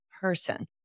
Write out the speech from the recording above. person